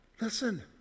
listen